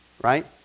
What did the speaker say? right